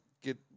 get